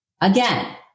Again